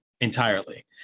entirely